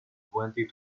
twenty